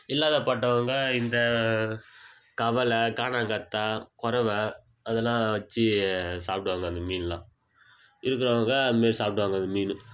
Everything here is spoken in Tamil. இல்லாதப்பட்டவங்க இந்த கவளை கானங்கத்தா கொரவை அதெல்லாம் வச்சு அது சாப்பிடுவாங்க அந்த மீனெலாம் இருக்கிறவங்க அதுமாரி சாப்பிடுவாங்க அந்த மீன்